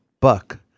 buck